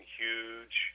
huge